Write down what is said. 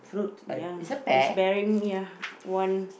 ya it's bearing ya one